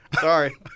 Sorry